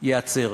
ייעצר.